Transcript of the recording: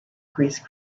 grease